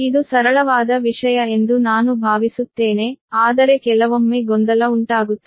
ಇದು ಸರಳವಾದ ವಿಷಯ ಎಂದು ನಾನು ಭಾವಿಸುತ್ತೇನೆ ಆದರೆ ಕೆಲವೊಮ್ಮೆ ಗೊಂದಲ ಉಂಟಾಗುತ್ತದೆ